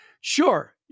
sure